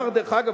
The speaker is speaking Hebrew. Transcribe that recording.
הגנב הראשי.